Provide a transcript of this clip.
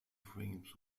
frames